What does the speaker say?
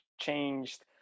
changed